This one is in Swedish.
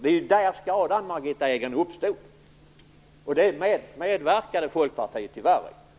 Det är där skadan uppstod, Margitta Edgren, och det medverkade Folkpartiet tyvärr till.